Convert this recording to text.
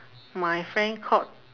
my friend called